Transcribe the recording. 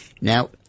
Now